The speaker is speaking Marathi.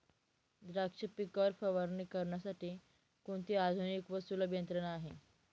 द्राक्ष पिकावर फवारणी करण्यासाठी कोणती आधुनिक व सुलभ यंत्रणा आहे?